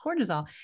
cortisol